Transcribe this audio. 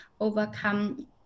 overcome